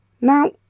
Now